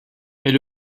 mais